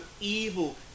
evil